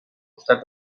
costat